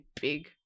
big